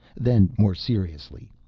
then, more seriously.